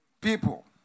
people